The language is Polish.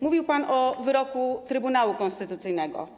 Mówił pan o wyroku Trybunału Konstytucyjnego.